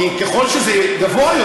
כי ככל שזה גבוה יותר,